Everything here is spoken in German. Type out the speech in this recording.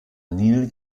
nil